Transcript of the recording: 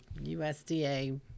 USDA